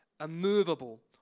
immovable